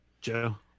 joe